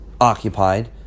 occupied